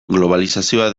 globalizazioa